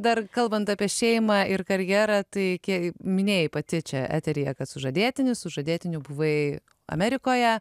dar kalbant apie šeimą ir karjerą tai kei minėjai pati čia eteryje kad sužadėtinis sužadėtiniu buvai amerikoje